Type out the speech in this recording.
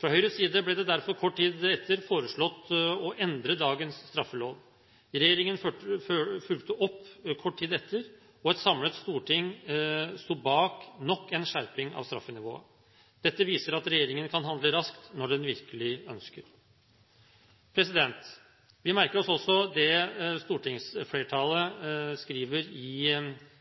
Fra Høyres side ble det derfor kort tid etter foreslått å endre dagens straffelov. Regjeringen fulgte opp kort tid etter, og et samlet storting sto bak nok en skjerping av straffenivået. Dette viser at regjeringen kan handle raskt når den virkelig ønsker. Vi merker oss også det stortingsflertallet skriver i